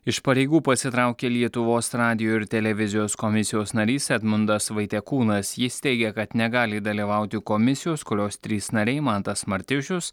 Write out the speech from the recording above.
iš pareigų pasitraukė lietuvos radijo ir televizijos komisijos narys edmundas vaitekūnas jis teigia kad negali dalyvauti komisijos kurios trys nariai mantas martišius